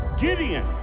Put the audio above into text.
Gideon